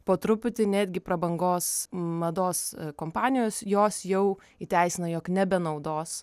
po truputį netgi prabangos mados kompanijos jos jau įteisina jog nebenaudos